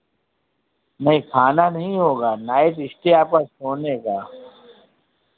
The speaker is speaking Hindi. नहीं खाना नहीं होगा नाइट स्टे आपका सोने का